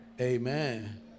Amen